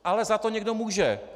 Ale za to někdo může!